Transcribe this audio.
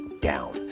down